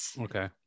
Okay